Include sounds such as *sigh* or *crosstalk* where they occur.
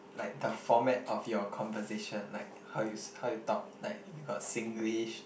like the format of your conversation like how you *noise* how you talk like you got Singlish